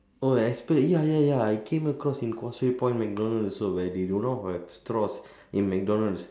oh they expect ya ya ya it came across in causeway point McDonalds also where they do not have straws in McDonalds